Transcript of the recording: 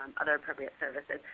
other appropriate services.